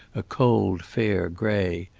a cold fair grey,